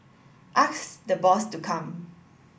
ask the boss to come